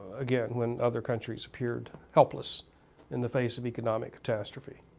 again, when other countries appeared helpless in the face of economic catastrophe,